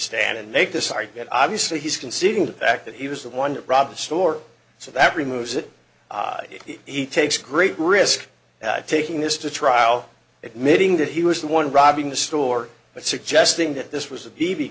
stand and make this argument obviously he's considering the fact that he was the one to rob the store so that removes it takes great risk taking this to trial admitting that he was the one robbing the store but suggesting that this was a b